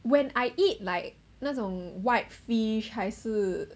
when I eat like 那种 white fish 还是